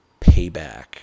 payback